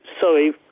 sorry